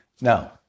Now